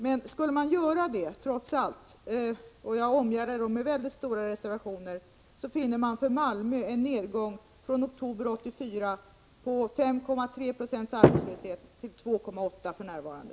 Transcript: Men om man trots allt skall göra det, och det gör jag med mycket stor reservation, finner man för Malmö en nedgång från 5,3 926 arbetslöshet i oktober 1984 till 2,8 70 för närvarande.